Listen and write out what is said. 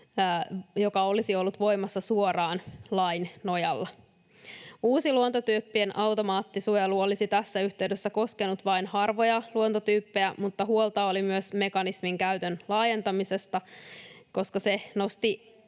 joka olisi ollut voimassa suoraan lain nojalla. Uusi luontotyyppien automaattisuojelu olisi tässä yhteydessä koskenut vain harvoja luontotyyppejä, mutta huolta oli myös mekanismin käytön laajentamisesta, koska se nosti